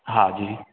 हांजी